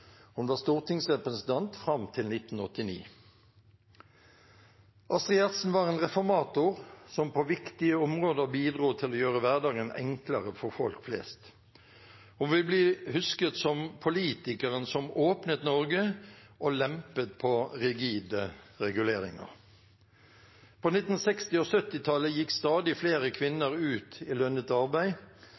Hun var stortingsrepresentant fram til 1989. Astrid Gjertsen var en reformator som på viktige områder bidro til å gjøre hverdagen enklere for folk flest. Hun vil bli husket som politikeren som åpnet Norge og lempet på rigide reguleringer. På 1960- og 1970-tallet gikk stadig flere kvinner ut i lønnet arbeid.